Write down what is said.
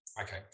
Okay